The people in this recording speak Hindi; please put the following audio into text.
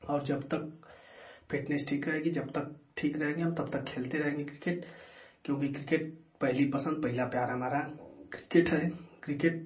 और जब तक फिटनेस ठीक रहेगी तब तक ठीक रहेंगे हम तब तक हम खेलते रहेंगे क्रिकेट क्योंकि क्रिकेट पहली पसंद पहला प्यार है हमारा क्रिकेट है क्रिकेट